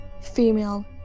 female